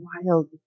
wild